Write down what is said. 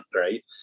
right